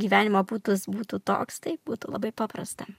gyvenimo būdas būtų toks tai būtų labai paprasta